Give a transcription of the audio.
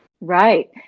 Right